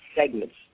segments